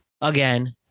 again